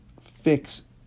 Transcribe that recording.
fix